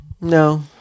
No